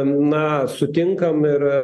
na sutinkam ir